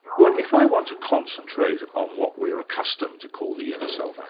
well if i want to concentrate on what we're accustomed to call the inner self, and